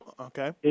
Okay